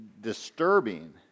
disturbing